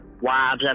wives